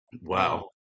Wow